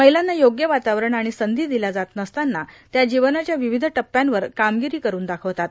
महिलांना योम्य वातावरण आणि संयी दिल्या जात नसताना त्या जीवनाच्या विविष टप्यांवर कामगिरी करून दाखवतात